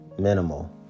minimal